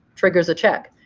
triggers a check.